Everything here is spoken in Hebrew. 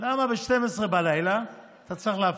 למה ב-24:00 אתה צריך להפריע?